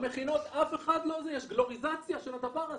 במכינות אף אחד לא מנסה, יש גלוריזציה של זה.